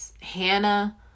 Hannah